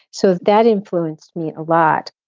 so if that influenced me a lot